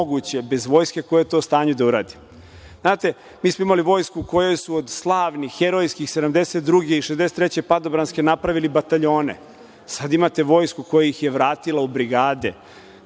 bez vojske koja je u tom stanje da uradi. Znate, mi smo imali Vojsku u kojoj su od slavnih herojskih 73. i 63. padobranske napravili bataljone. Sada imate Vojsku koja ih je vratila u brigade,